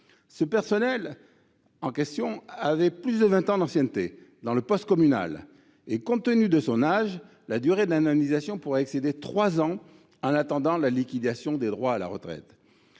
emploi. Cet agent avait plus de vingt ans d’ancienneté dans le poste communal ; compte tenu de son âge, la durée d’indemnisation pourrait excéder trois ans, en attendant la liquidation de ses droits à la retraite.